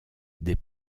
des